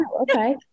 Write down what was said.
Okay